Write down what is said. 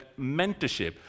mentorship